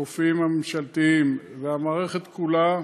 הרופאים הממשלתיים והמערכת כולה,